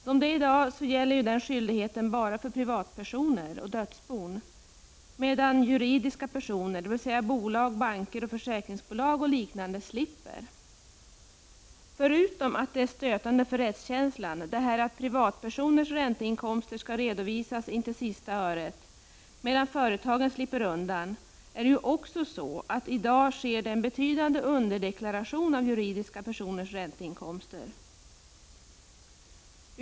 Som det är i dag så gäller denna skyldighet endast privatpersoner och dödsbon, medan juridiska personer, dvs. bolag, banker och försäkringsbolag och liknande, slipper. Förutom att det är stötande för rättskänslan — att privatpersoners ränteinkomster skall redovisas intill sista öret, medan t.ex. företagen skall slippa undan — är det ju också så att det i dag sker en betydande underdeklaration av juridiska personers ränteinkomster.